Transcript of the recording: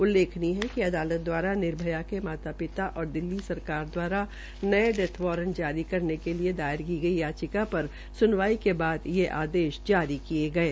उल्लेखनीय है कि अदालत दवारा निर्भया के माता पिता और दिल्ली सरकार द्वारा नये डेथ वारंट जारी करने के लिए दायर की गई याचिका पर स्नवाई के बाद ये आदेश जारी गये